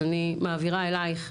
אז אני מעבירה אלייך,